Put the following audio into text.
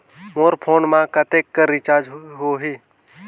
मोर phone मा कतेक कर रिचार्ज हो ही?